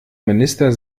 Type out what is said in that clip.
minister